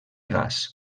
gas